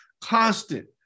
constant